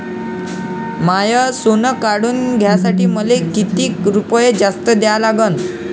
माय सोनं काढून घ्यासाठी मले कितीक रुपये जास्त द्या लागन?